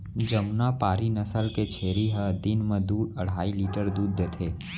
जमुनापारी नसल के छेरी ह दिन म दू अढ़ाई लीटर दूद देथे